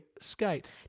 skate